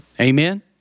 Amen